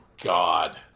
God